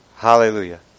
Hallelujah